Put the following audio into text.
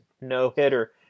no-hitter